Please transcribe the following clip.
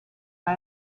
war